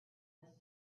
was